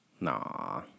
Nah